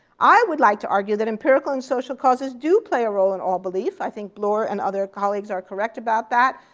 i would like to argue that empirical and social causes do play a role in all belief. i think bloor and other colleagues are correct about that.